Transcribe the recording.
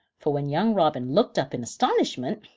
for when young robin looked up in astonishment,